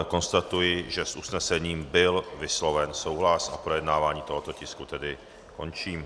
Konstatuji, že s usnesením byl vysloven souhlas, a projednávání tohoto tisku končím.